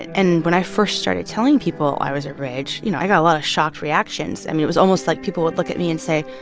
and when i first started telling people i was a ridge, you know, i got a lot of shocked reactions. i mean, it was almost like people would look at me and say,